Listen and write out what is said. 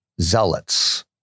zealots